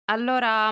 Allora